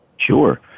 Sure